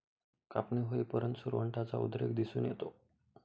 कापणी होईपर्यंत सुरवंटाचा उद्रेक दिसून येतो